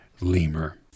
lemur